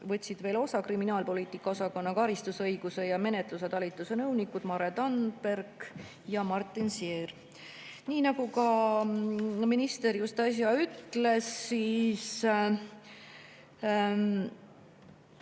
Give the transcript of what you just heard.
võtsid veel osa kriminaalpoliitika osakonna karistusõiguse ja menetluse talituse nõunikud Mare Tannberg ja Martin Ziehr. Nii nagu ka minister äsja ütles, on